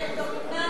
שהן דומיננטיות,